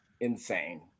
insane